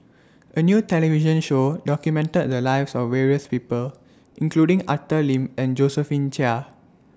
A New television Show documented The Lives of various People including Arthur Lim and Josephine Chia